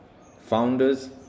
Founders